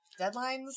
Deadlines